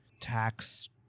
tax